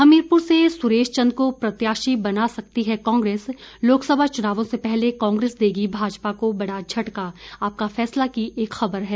हमीरपुर से सुरेश चंद को प्रत्याशी बना सकती है कांग्रेस लोकसभा चुनावों से पहले कांग्रेस देगी भाजपा को बड़ा झटका आपका फैसला की एक खबर है